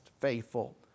faithful